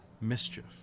Mischief